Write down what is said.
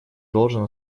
должен